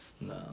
No